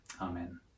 Amen